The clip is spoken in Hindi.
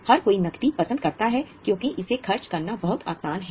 हर कोई नकदी पसंद करता है क्योंकि इसे खर्च करना बहुत आसान है